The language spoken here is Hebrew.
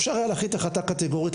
אפשר היה להחליט החלטה קטגורית,